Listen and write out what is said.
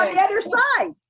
ah yeah other side.